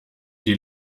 die